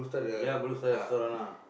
ya restaurant ah